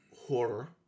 horror